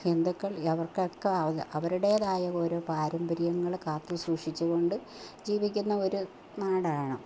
ഹിന്ദുക്കൾ അവർക്കൊക്കെ അവരുടേതായ ഒരോ പാരമ്പര്യങ്ങൾ കാത്തുസൂക്ഷിച്ചു കൊണ്ട് ജീവിക്കുന്ന ഒരു നാടാണ്